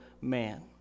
man